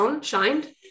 shined